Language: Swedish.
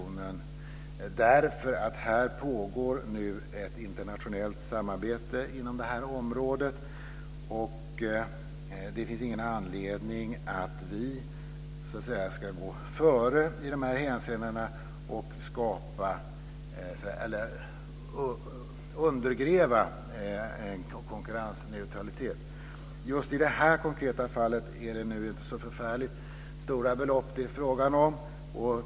Det gör vi därför att det pågår ett internationellt samarbete inom detta område. Det finns ingen anledning att vi ska gå före i dessa hänseenden och undergräva en konkurrensneutralitet. Just i det här konkreta fallet är det inte så förfärligt stora belopp det är fråga om.